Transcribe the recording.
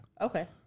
Okay